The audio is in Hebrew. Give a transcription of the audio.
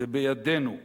זה בידינו.